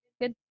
good